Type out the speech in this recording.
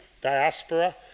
diaspora